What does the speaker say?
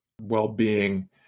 well-being